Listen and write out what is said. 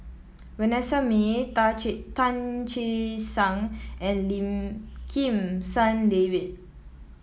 Vanessa Mae Tan Che Sang and Lim Kim San David